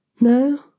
No